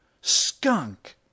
skunk